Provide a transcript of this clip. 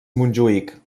montjuïc